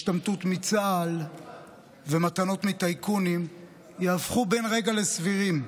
השתמטות מצה"ל ומתנות מטייקונים יהפכו בן רגע לסבירים.